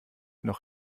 noch